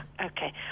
Okay